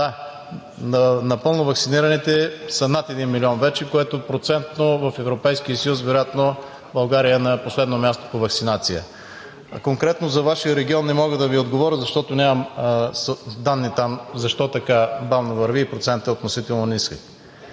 Да, напълно ваксинираните са над 1 милион вече, което процентно в Европейския съюз вероятно България е на последно място по ваксинация. Конкретно за Вашия регион не мога да Ви отговоря, защото нямам данни защо така бавно върви и процентът е относително нисък.